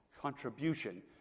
contribution